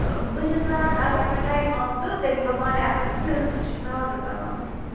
بہٕ چھَس وَنان اگر مےٚ ٹایِم آو تہٕ تیٚلہِ یِمہٕ بہٕ پانَے اگر نہٕ تہٕ تیٚلہِ تہِ چھُ مےٚ آرڈر کَرناوٕنۍ یِم